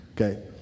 okay